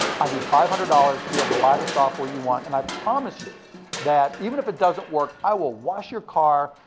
i need five hundred dollars to be able to buy the software you want. and i promise you that even if it doesn't work, i will wash your car,